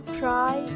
try